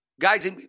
Guys